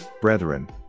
brethren